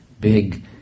big